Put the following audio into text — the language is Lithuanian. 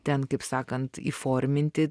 ten kaip sakant įforminti